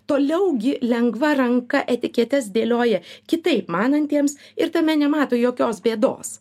toliau gi lengva ranka etiketes dėlioja kitaip manantiems ir tame nemato jokios bėdos